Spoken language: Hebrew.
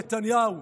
נתניהו,